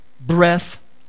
breath